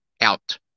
out